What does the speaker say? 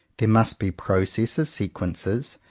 there must be processes, sequences,